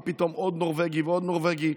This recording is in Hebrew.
מה פתאום עוד נורבגי ועוד נורבגי.